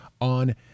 on